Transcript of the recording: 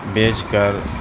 بیچ کر